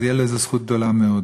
אז תהיה לזה זכות גדולה מאוד